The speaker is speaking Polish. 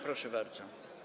Proszę bardzo.